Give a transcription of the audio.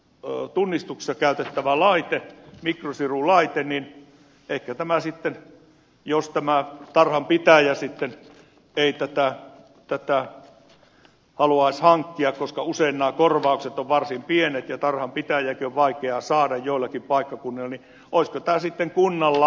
ooo tunnistukset ja turvalaitteet mikrosirulaite niin että tämä sitten jos tätä tunnistuksessa käytettävää mikrosirulaitetta ei tarhanpitäjä haluaisi hankkia koska usein nämä korvaukset ovat varsin pienet ja tarhan pitäjiäkin on vaikea saada joillakin paikkakunnilla olisiko tämä sitten kunnan laite